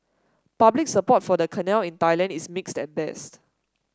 public support for the canal in Thailand is mixed at best